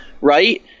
right